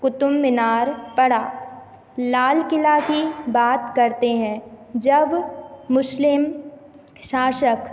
क़ुतुब मीनार पड़ा लाल क़िला की बात करते हैं जब मुस्लिम शासक